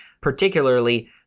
particularly